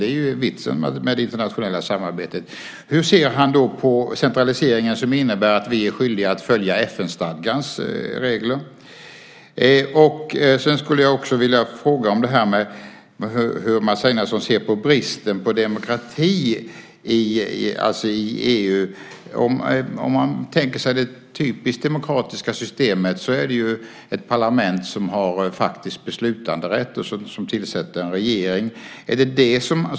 Det är ju vitsen med det internationella samarbetet. Hur ser han på den centralisering som innebär att vi är skyldiga att följa FN-stadgans regler? Sedan skulle jag också vilja fråga hur Mats Einarsson ser på bristen på demokrati i EU. Om man tänker sig det typiskt demokratiska systemet, är det ett parlament som har faktisk beslutanderätt och som tillsätter en regering.